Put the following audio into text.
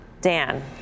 Dan